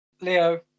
Leo